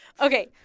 Okay